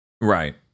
right